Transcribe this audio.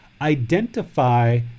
Identify